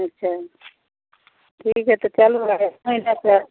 ठीक छै ठीक अइ तऽ चलू आइ चलल जाए